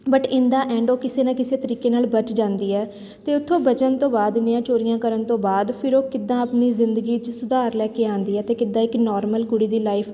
but in the end ਉਹ ਕਿਸੇ ਨਾ ਕਿਸੇ ਤਰੀਕੇ ਨਾਲ ਬਚ ਜਾਂਦੀ ਹੈ ਅਤੇ ਉੱਥੋਂ ਬਚਣ ਤੋਂ ਬਾਅਦ ਇੰਨੀਆਂ ਚੋਰੀਆਂ ਕਰਨ ਤੋਂ ਬਾਅਦ ਫਿਰ ਉਹ ਕਿੱਦਾਂ ਆਪਣੀ ਜ਼ਿੰਦਗੀ 'ਚ ਸੁਧਾਰ ਲੈ ਕੇ ਆਉਂਦੀ ਹੈ ਅਤੇ ਕਿੱਦਾਂ ਇੱਕ ਨੋਰਮਲ ਕੁੜੀ ਦੀ ਲਾਈਫ